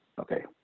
Okay